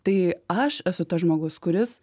tai aš esu tas žmogus kuris